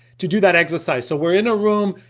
to do that exercise. so we're in a room,